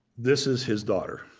this is his daughter.